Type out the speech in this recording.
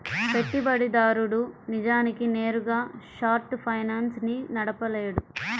పెట్టుబడిదారుడు నిజానికి నేరుగా షార్ట్ ఫైనాన్స్ ని నడపలేడు